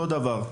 אותו דבר.